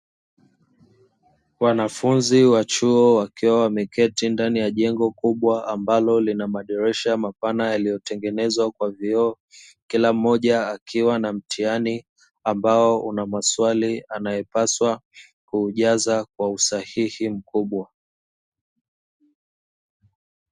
Wanafunzi wa chuo wakiwa wameketi ndani ya jengo kubwa ambalo lina madirisha yaliyotengenezwa kwa vioo kila mmoja akiwa na mtihani ambao una maswali anaepaswa kujaza kwa usahihi mkubwa.